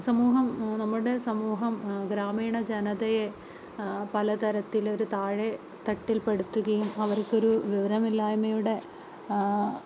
സമൂഹം നമ്മുടെ സമൂഹം ഗ്രാമീണ ജനതയെ പലതരത്തിലൊരു താഴെത്തട്ടിൽപ്പെടുത്തുകയും അവർക്കൊരു വിവരമില്ലായ്മയുടെ